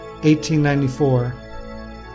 1894